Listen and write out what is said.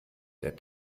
der